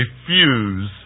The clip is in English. refuse